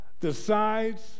decides